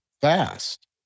fast